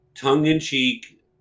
tongue-in-cheek